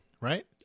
right